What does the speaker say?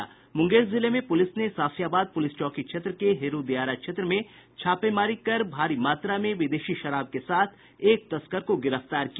मुंगेर जिले में पुलिस ने सफियाबाद पुलिस चौकी क्षेत्र के हेरु दियारा क्षेत्र में छापेमारी कर पुलिस ने भारी मात्रा में विदेशी शराब के साथ एक तस्कर को गिरफ्तार किया